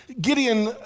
Gideon